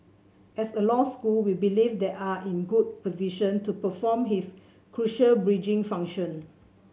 as a law school we believe that are in a good position to perform his crucial bridging function